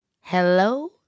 Hello